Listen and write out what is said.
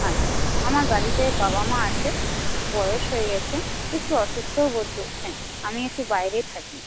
আচ্ছা আমার বাড়িতে বাবা মা আছে বয়স হয়ে গেছে একটু অসুস্থও বোধ করছেন আমি একটু বাইরে থাকি